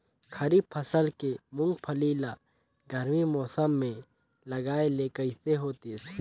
खरीफ फसल के मुंगफली ला गरमी मौसम मे लगाय ले कइसे होतिस?